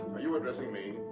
but you addressing me?